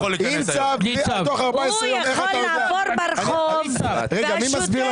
הוא יכול לעבור ברחוב והשוטר,